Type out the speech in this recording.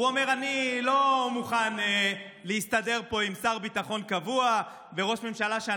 הוא אומר: אני לא מוכן להסתדר פה עם שר ביטחון קבוע וראש ממשלה שאני